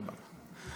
סבבה.